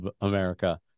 america